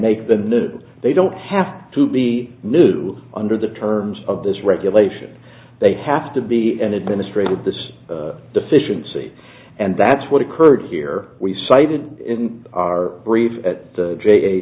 make the needed they don't have to be new under the terms of this regulation they have to be an administrative this deficiency and that's what occurred here we cited in our breed at